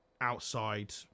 outside